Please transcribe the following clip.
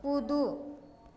कूदू